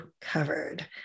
covered